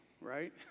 right